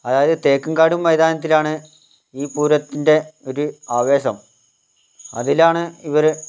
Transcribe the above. അതായത് തേക്കുംകാട് മൈതാനത്തിലാണ് ഈ പൂരത്തിൻ്റെ ഒരു ആവേശം അതിലാണ് ഇവർ